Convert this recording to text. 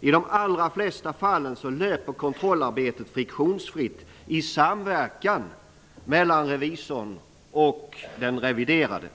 I de allra flesta fall löper kontrollarbetet friktionsfritt i samverkan mellan revisorn och den reviderade.